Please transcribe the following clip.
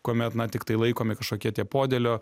kuomet na tiktai laikomi kažkokie tie podėlio